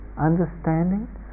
Understanding